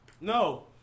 No